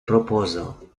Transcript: proposal